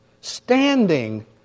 standing